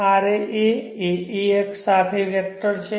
ra એ a અક્ષ સાથે વેક્ટર છે